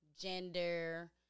gender